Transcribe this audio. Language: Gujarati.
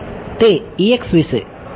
તે વિષે